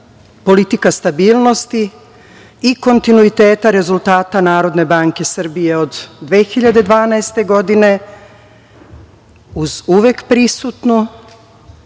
politika stabilnosti i kontinuiteta rezultata NBS od 2012. godine uz uvek prisutnu